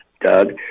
Doug